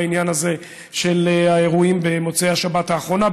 בעניין הזה של האירועים במוצאי השבת האחרונה.